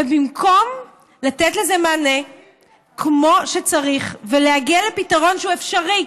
ובמקום לתת לזה מענה כמו שצריך ולהגיע לפתרון שהוא אפשרי,